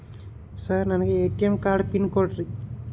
Sir ನನಗೆ ATM card PIN ಕೊಡ್ರಿ?